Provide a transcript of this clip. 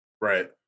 Right